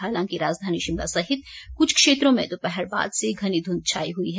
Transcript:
हालांकि राजधानी शिमला सहित कुछ क्षेत्रों में दोपहर बाद से घनी धुंध छाई हुई है